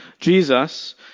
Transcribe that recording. Jesus